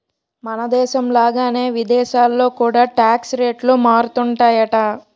మనదేశం లాగానే విదేశాల్లో కూడా టాక్స్ రేట్లు మారుతుంటాయట